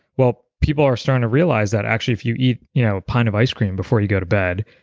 well people are starting to realize that actually if you eat you know a pint of ice cream before you go to bed,